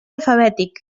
alfabètic